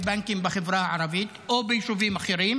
בנקים בחברה הערבית או ביישובים אחרים.